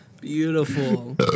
Beautiful